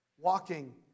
Walking